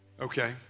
Okay